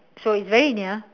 so it's very near